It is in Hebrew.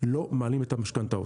לא מעלים את המשכנתאות.